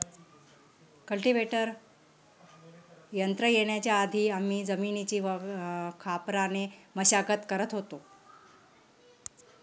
cultivator यंत्र येण्याच्या आधी आम्ही जमिनीची खापराने मशागत करत होतो